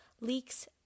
leaks